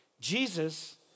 Jesus